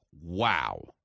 wow